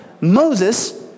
Moses